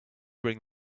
bring